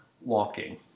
walking